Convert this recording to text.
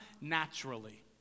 naturally